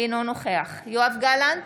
אינו נוכח יואב גלנט,